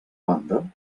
banda